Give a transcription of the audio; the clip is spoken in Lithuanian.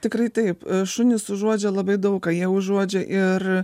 tikrai taip šunys užuodžia labai daug ką jie užuodžia ir